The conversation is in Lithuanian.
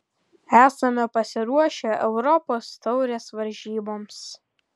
esame pasiruošę europos taurės varžyboms